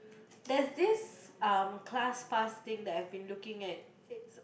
there this um class pass thing that I've been looking at